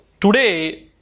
today